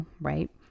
right